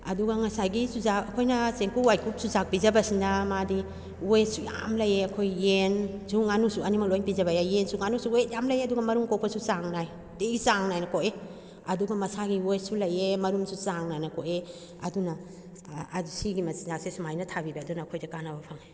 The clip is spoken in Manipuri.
ꯑꯗꯨꯒ ꯉꯁꯥꯏꯒꯤ ꯆꯨꯖꯥꯛ ꯑꯩꯈꯣꯏꯅ ꯆꯦꯡꯀꯨꯞ ꯋꯥꯏꯀꯨꯞ ꯆꯨꯖꯥꯛ ꯄꯤꯖꯕꯁꯤꯅ ꯃꯥꯗꯤ ꯋꯦꯠꯁꯨ ꯌꯥꯝ ꯂꯩꯌꯦ ꯑꯩꯈꯣꯏ ꯌꯦꯟꯁꯨ ꯉꯥꯅꯨꯁꯨ ꯑꯅꯤꯃꯛ ꯂꯣꯏ ꯄꯤꯖꯕ ꯌꯥꯏ ꯌꯦꯟꯁꯨ ꯉꯥꯅꯨꯁꯨ ꯋꯦꯠ ꯌꯥꯝ ꯂꯩꯌꯦ ꯑꯗꯨꯒ ꯃꯔꯨꯝ ꯀꯣꯛꯄꯁꯨ ꯆꯥꯡ ꯅꯥꯏ ꯅꯨꯡꯇꯤꯒꯤ ꯆꯥꯡ ꯅꯥꯏꯅ ꯀꯣꯛꯏ ꯑꯗꯨꯒ ꯃꯁꯥꯒꯤ ꯋꯦꯠꯁꯨ ꯂꯩꯌꯦ ꯃꯔꯨꯝꯁꯨ ꯆꯥꯡ ꯅꯥꯏꯅ ꯀꯣꯛꯑꯦ ꯑꯗꯨꯅ ꯑꯁꯤꯒꯤ ꯃꯆꯤꯟꯖꯥꯛꯁꯦ ꯁꯨꯃꯥꯏꯅ ꯊꯥꯕꯤꯕ ꯑꯗꯨꯅ ꯑꯩꯈꯣꯏꯗ ꯀꯥꯟꯅꯕ ꯐꯪꯏ